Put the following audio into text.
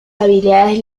habilidades